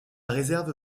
réserve